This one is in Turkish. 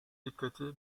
dikkati